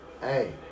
Hey